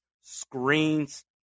screens